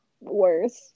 worse